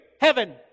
heaven